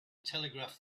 telegraph